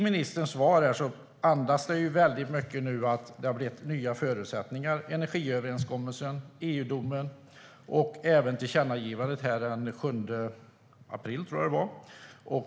Ministerns svar andas ju väldigt mycket att det är nya förutsättningar: energiöverenskommelsen, EU-domen och även tillkännagivandet här den 7 april.